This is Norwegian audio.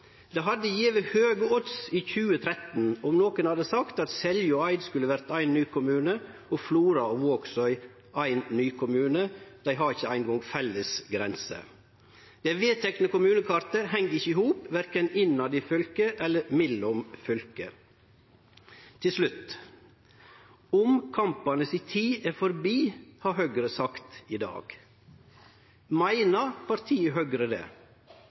Det hadde gjeve høge odds i 2013 om nokon hadde sagt at Selje og Eid skulle verte éin ny kommune og Flora og Vågsøy éin ny kommune. Dei har ikkje eingong felles grenser. Det vedtekne kommunekartet heng ikkje i hop, verken innetter i fylke eller mellom fylke. Til slutt: Tida for omkampar er forbi, har Høgre sagt i dag. Meiner partiet Høgre det?